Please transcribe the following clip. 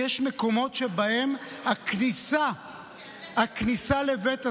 יש מקומות שבהם הכניסה לבית הספר,